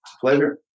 Pleasure